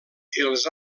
els